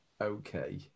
okay